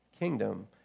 kingdom